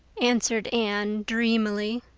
answered anne dreamily.